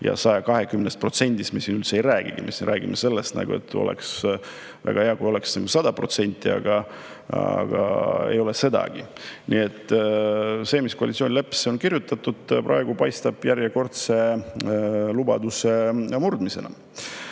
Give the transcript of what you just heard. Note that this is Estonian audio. Ja 120%‑st me siin üldse ei räägigi, me räägime sellest, et oleks väga hea, kui oleks 100%, aga ei ole sedagi. Nii et see, mis on koalitsioonileppesse kirjutatud, paistab järjekordse lubaduse murdmisena.